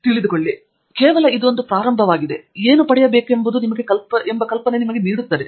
ಆದರೆ ಇದು ಕೇವಲ ಒಂದು ಪ್ರಾರಂಭವಾಗಿದ್ದು ಏನು ಪಡೆಯಬೇಕೆಂಬುದು ನಿಮಗೆ ಕಲ್ಪನೆಯನ್ನು ನೀಡುತ್ತದೆ